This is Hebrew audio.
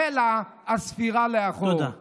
החלה הספירה לאחור.